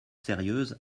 sérieuse